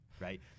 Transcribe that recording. right